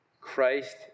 Christ